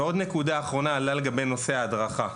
עוד נקודה אחרונה לגבי נושא ההדרכה.